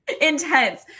Intense